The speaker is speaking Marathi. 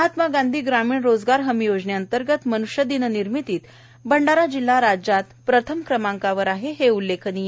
महात्मा गांधी ग्रामीण रोजगार हमी योजनेंतर्गत मन्ष्यदिन निर्मितीत भंडारा जिल्हा राज्यात प्रथम क्रमांकावर आहे ही उल्लेखनीय